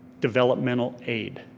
developmental aid,